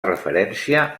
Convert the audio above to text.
referència